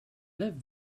live